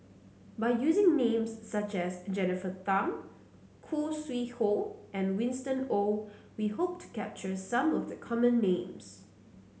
by using names such as Jennifer Tham Khoo Sui Hoe and Winston Oh we hope to capture some of the common names